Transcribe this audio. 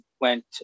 went